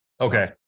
Okay